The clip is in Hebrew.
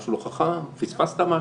משהו לא חכם, פספסת משהו.